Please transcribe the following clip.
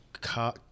car